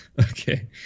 okay